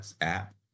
app